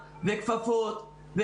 כפפות,